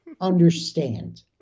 understand